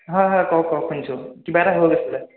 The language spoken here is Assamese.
হয় হয় কওক কওক শুনিছোঁ কিবা এটা হৈ গৈছিলে